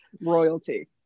royalty